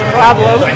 problem